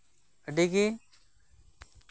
ᱢᱟᱱᱮ